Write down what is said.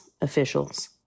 officials